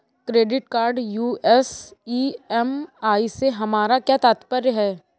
Credit card US EMI से हमारा क्या तात्पर्य है?